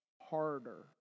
harder